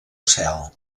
cel